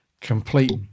complete